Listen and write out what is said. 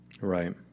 Right